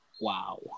Wow